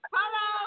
Hello